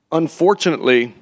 unfortunately